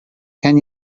can